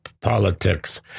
politics